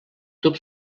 tubs